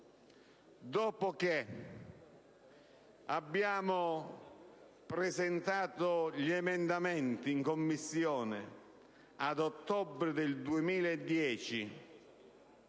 dopo che abbiamo presentato gli emendamenti in Commissione ad ottobre 2010